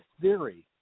theory